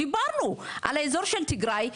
דיברנו על האזור של תיגראי,